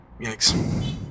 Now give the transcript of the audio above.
Yikes